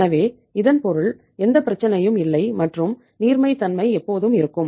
எனவே இதன் பொருள் எந்த பிரச்சனையும் இல்லை மற்றும் நீர்மைத்தன்மை எப்போதும் இருக்கும்